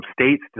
states